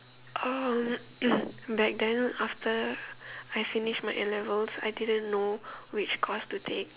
um back then after I finish my A-levels I didn't know which course to take